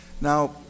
Now